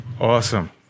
Awesome